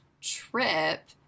trip